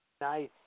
Nice